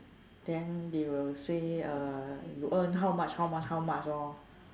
then they will say uh you earn how much how much how much lor